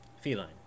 feline